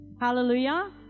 Hallelujah